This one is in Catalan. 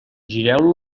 gireu